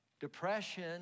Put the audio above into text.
depression